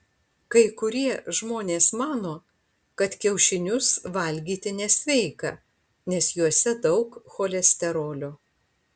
kai kurie žmonės mano kad kiaušinius valgyti nesveika nes juose daug cholesterolio